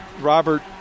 Robert